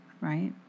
right